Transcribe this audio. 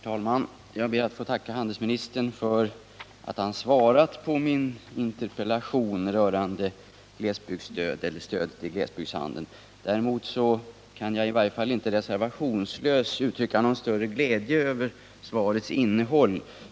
Herr talman! Jag ber att få tacka handelsministern för att han svarat på min interpellation rörande stöd till glesbygdshandeln. Däremot kan jag inte, i varje fall inte reservationslöst, uttrycka någon större glädje över svarets innehåll.